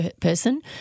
person